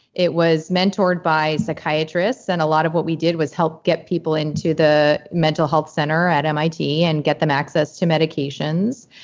it was mentored by psychiatrists and a lot of what we did was help get people into the mental health center at mit and get them access to medications.